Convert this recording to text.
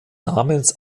namens